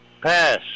pass